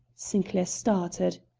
sinclair started.